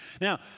Now